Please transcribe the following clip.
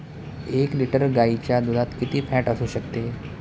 एक लिटर गाईच्या दुधात किती फॅट असू शकते?